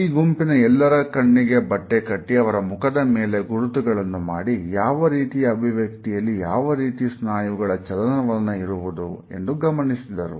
ಈ ಗುಂಪಿನ ಎಲ್ಲರ ಕಣ್ಣಿಗೆ ಬಟ್ಟೆ ಕಟ್ಟಿ ಅವರ ಮುಖದ ಮೇಲೆ ಗುರುತುಗಳನ್ನು ಮಾಡಿ ಯಾವರೀತಿಯ ಅಭಿವ್ಯಕ್ತಿಯಲ್ಲಿ ಯಾವ ರೀತಿಯ ಸ್ನಾಯುಗಳ ಚಲನವಲನ ಇರುವುದು ಎಂದು ಗಮನಿಸಿದರು